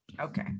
Okay